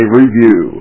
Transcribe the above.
review